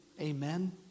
amen